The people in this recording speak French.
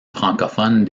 francophone